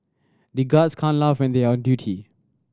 the guards can't laugh when they are on duty